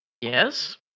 Yes